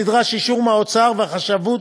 נדרש אישור מהאוצר והחשבות,